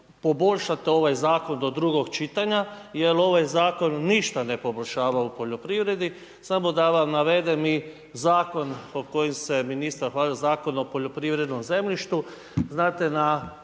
poboljšate ovaj zakon do drugog čitanja jer ovaj zakon ništa ne poboljšava u poljoprivredi, .../Govornik se ne razumije./... zakon po kojim se ministar hvali, Zakon o poljoprivrednom zemljištu.